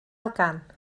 elgan